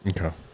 Okay